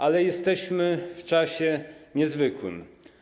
Ale jesteśmy w czasie niezwykłym.